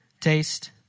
taste